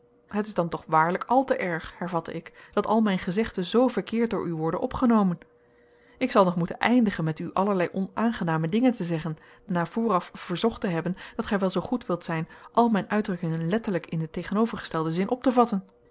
het is dan toch waarlijk al te erg hervatte ik dat al mijn gezegden zoo verkeerd door u worden opgenomen ik zal nog moeten eindigen met u allerlei onaangename dingen te zeggen na vooraf verzocht te hebben dat gij wel zoo goed wilt zijn al mijn uitdrukkingen letterlijk in den tegenovergestelden zin op te vatten